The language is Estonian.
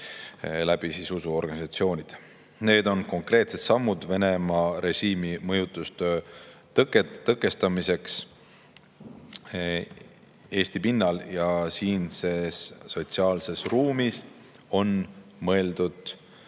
kaudu usuorganisatsioonides. Need on konkreetsed sammud Venemaa režiimi mõjutustöö tõkestamiseks Eesti pinnal ja need on siinses sotsiaalses ruumis mõeldud